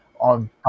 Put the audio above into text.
On